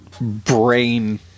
brain